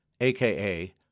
aka